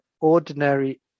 ordinary